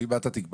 אתה אומר